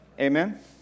Amen